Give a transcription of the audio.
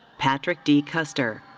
patrick d. custer.